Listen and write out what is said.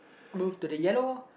move to the yellow